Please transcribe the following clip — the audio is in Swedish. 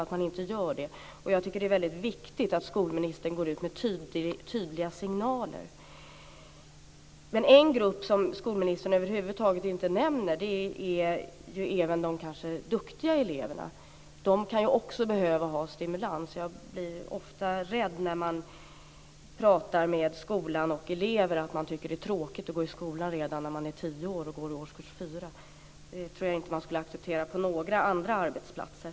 Man gör inte detta. Jag tycker att det är viktigt att skolministern ger tydliga signaler. En grupp som skolministern över huvud taget inte nämner är de duktiga eleverna. De kan också behöva stimulans. Jag blir ofta rädd när jag pratar med elever i skolan och får höra att de tycker att det är tråkigt att gå i skolan redan när de är tio år och går i årskurs 4. Det tror jag inte att man skulle acceptera på några andra arbetsplatser.